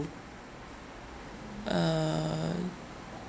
uh